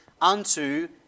unto